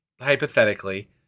hypothetically